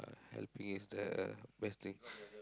helping is the best thing